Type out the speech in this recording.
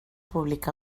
públic